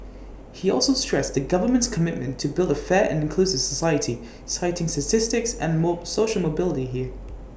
he also stressed the government's commitment to build A fair and inclusive society citing statistics and mode social mobility here